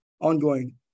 ongoing